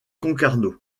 concarneau